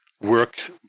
work